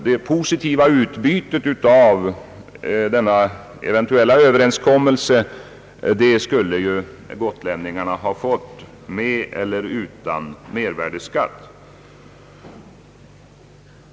Det positiva utbytet av denna eventuella överenskommelse skulle gotlänningarna alltså ha fått med eller utan mervärdeskatt.